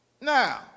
Now